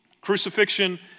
Crucifixion